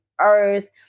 earth